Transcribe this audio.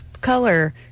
color